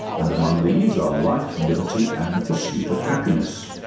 and among these are life, liberty and the pursuit of happiness.